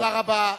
תודה רבה.